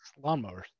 lawnmowers